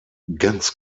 ganz